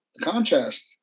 Contrast